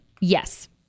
yes